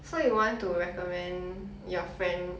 so you want to recommend your friend